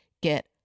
get